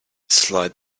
slide